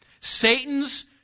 Satan's